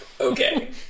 okay